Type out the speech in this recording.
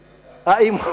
למי נשאר לו להצביע?